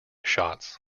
shots